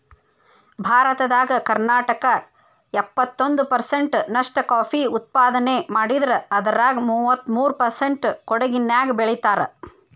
ಭಾರತದಾಗ ಕರ್ನಾಟಕ ಎಪ್ಪತ್ತೊಂದ್ ಪರ್ಸೆಂಟ್ ನಷ್ಟ ಕಾಫಿ ಉತ್ಪಾದನೆ ಮಾಡಿದ್ರ ಅದ್ರಾಗ ಮೂವತ್ಮೂರು ಪರ್ಸೆಂಟ್ ಕೊಡಗಿನ್ಯಾಗ್ ಬೆಳೇತಾರ